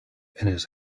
his